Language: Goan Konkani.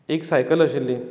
एक सायकल आशिल्ली